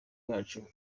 bacu